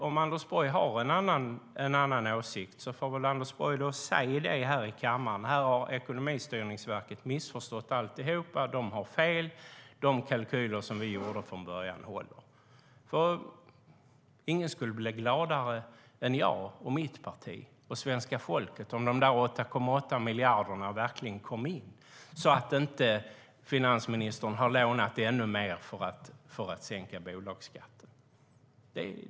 Om Anders Borg har en annan åsikt får han väl säga det här i kammaren: Här har Ekonomistyrningsverket missförstått allt, de har fel, och de kalkyler som vi gjorde från början håller. Ingen skulle bli gladare än jag, mitt parti och svenska folket om de 8,8 miljarderna verkligen kommer in, så att inte finansministern har lånat ännu mer för att sänka bolagsskatten.